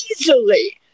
easily